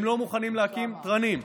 הם לא מוכנים להקים תרנים.